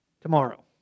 tomorrow